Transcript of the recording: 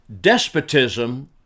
despotism